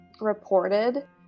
reported